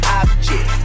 object